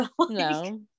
no